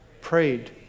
prayed